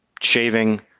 shaving